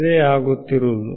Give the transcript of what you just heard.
ಇದಾ ಆಗುತ್ತಿರುವುದು